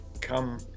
come